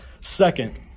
Second